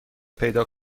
پیدا